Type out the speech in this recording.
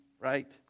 right